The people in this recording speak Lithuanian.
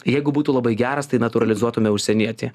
jeigu būtų labai geras tai natūralizuotume užsienietį